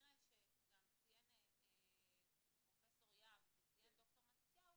במקרה שציין פרופ' יהב וציין ד"ר מתתיהו,